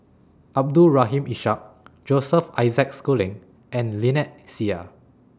Abdul Rahim Ishak Joseph Isaac Schooling and Lynnette Seah